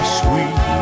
sweet